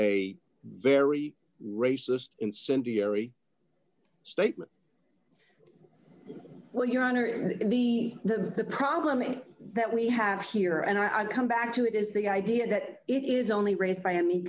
a very racist incendiary statement well your honor the the problem is that we have here and i come back to it is the idea that it is only race by any